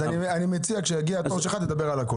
אני מציע שכאשר יגיע התור שלך, תדבר על הכול.